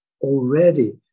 already